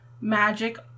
magic